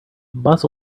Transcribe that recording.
bus